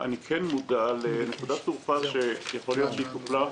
אני כן מודע לנקודת תורפה שיכול להיות שטופלה,